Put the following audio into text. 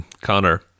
Connor